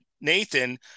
Nathan